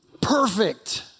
perfect